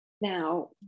now